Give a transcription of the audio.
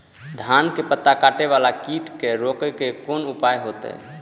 धान के पत्ता कटे वाला कीट के रोक के कोन उपाय होते?